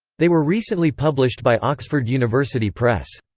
they were recently published by oxford university press.